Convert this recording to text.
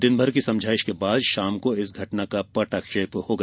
दिन भर के समझाईश के बाद शाम को इस घटना का पटाक्षेप हो गया